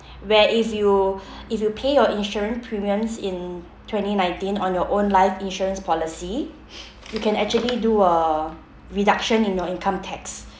where if you if you pay your insurance premiums in twenty nineteen on your own life insurance policy you can actually do a reduction in your income tax